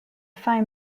five